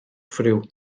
frio